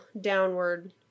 downward